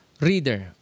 reader